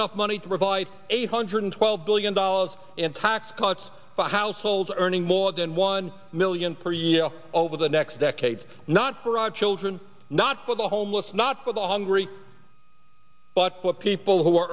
enough money to provide eight hundred twelve billion dollars in tax cuts for households earning more than one million per year over the next decades not for our children not for the homeless not for the hungry but for people who are